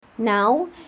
Now